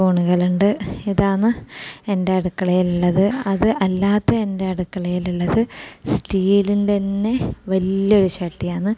സ്പൂണുകളുണ്ട് ഇതാണ് എൻ്റെ അടുക്കളയിൽ ഉള്ളത് അത് അല്ലാതെ എൻ്റെ അടുക്കളയിൽ ഉള്ളത് സ്റ്റീലിൻ്റെ തന്നെ വലിയ ഒരു ചട്ടിയാണ്